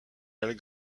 elles